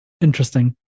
interesting